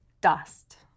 dust